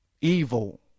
evil